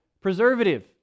preservative